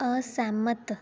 असैह्मत